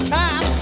time